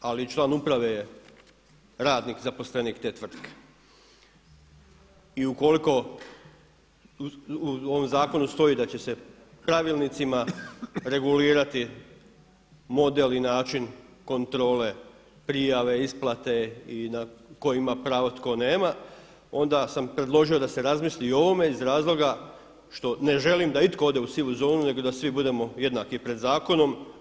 Ali član uprave je radnik zaposlenik te tvrtke i ukoliko u ovom zakonu stoji da će se pravilnicima regulirati model i način kontrole, prijave, isplate i tko ima pravo, tko nema, onda sam predložio da se razmisli i o ovome iz razloga što ne želim da itko ode u sivu zonu nego da svi budemo jednaki pred zakonom.